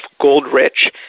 gold-rich